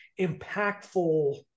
impactful